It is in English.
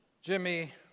Jimmy